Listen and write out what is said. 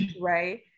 right